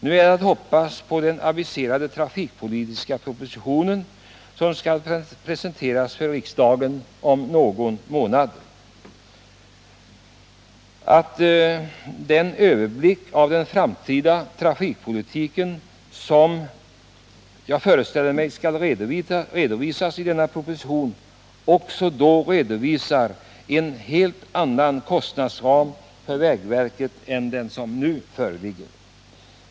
Nu är det att hoppas på den aviserade trafikpolitiska proposition som skall presenteras för riksdagen om någon månad och på att den överblick av den framtida trafikpolitiken, som jag föreställer mig skall redovisas i denna proposition, också då redovisar en helt annan kostnadsram för vägverket än det nu föreliggande förslaget gör.